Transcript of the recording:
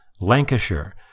Lancashire